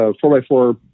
four-by-four